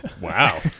Wow